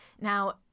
now